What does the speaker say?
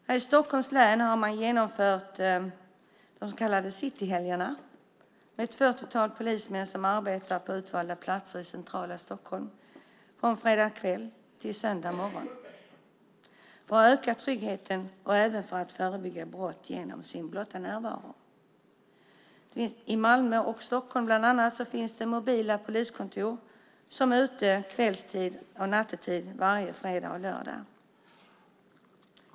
Här i Stockholms län har man genomfört de så kallade Cityhelgerna med ett fyrtiotal polismän som arbetar på utvalda platser i centrala Stockholm från fredag kväll till söndag morgon för att öka tryggheten och förebygga brott genom sin blotta närvaro. I bland annat Malmö och Stockholm finns mobila poliskontor som är ute kvälls och nattetid varje fredag och lördag.